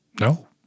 No